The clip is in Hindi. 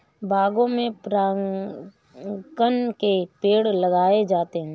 बागों में परागकण के पेड़ लगाए जाते हैं